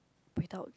without